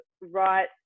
right